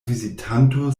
vizitanto